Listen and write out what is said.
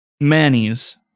manny's